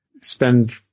spend